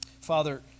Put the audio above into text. Father